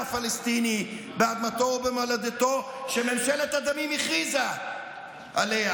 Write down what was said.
הפלסטיני באדמתו ובמולדתו שממשלת הדמים הכריזה עליה.